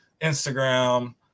Instagram